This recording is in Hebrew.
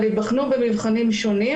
אבל הם ייבחנו במבחנים שונים